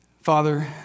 Father